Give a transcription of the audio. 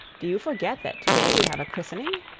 do you forget that today we have a christening?